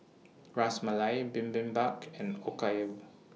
Ras Malai Bibimbap and Okayu